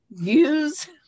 use